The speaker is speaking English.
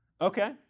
Okay